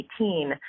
2018